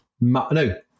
No